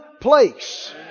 place